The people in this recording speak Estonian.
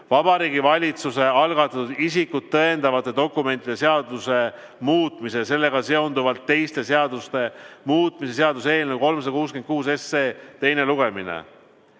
Vabariigi Valitsuse algatatud isikut tõendavate dokumentide seaduse muutmise ja sellega seonduvalt teiste seaduste muutmise seaduse eelnõu 366 teine lugemine.